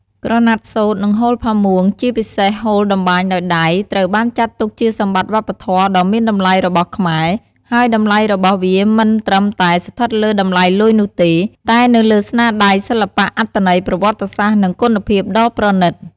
ក្រណាត់សូត្រ និងហូលផាមួង ជាពិសេសហូលតម្បាញដោយដៃ ត្រូវបានចាត់ទុកជាសម្បត្តិវប្បធម៌ដ៏មានតម្លៃរបស់ខ្មែរ ហើយតម្លៃរបស់វាមិនត្រឹមតែស្ថិតលើតម្លៃលុយនោះទេ តែនៅលើស្នាដៃសិល្បៈ អត្ថន័យប្រវត្តិសាស្ត្រ និងគុណភាពដ៏ប្រណិត។